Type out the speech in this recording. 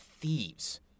thieves